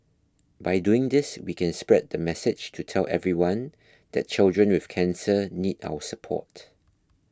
by doing this we can spread the message to tell everyone that children with cancer need our support